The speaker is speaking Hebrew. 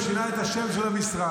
הוא שינה את השם של המשרד,